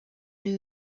new